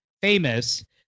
famous